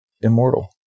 immortal